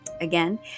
Again